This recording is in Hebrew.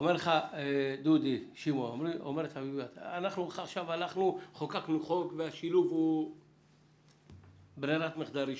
אומרת אביבית שאנחנו עכשיו חוקקנו חוק והשילוב הוא ברירת מחדל ראשונה,